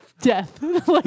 Death